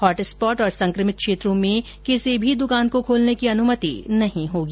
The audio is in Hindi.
हॉटस्पॉट और संकमित क्षेत्रों में किसी भी दुकान को खोलने की अनुमति नहीं होगी